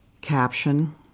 Caption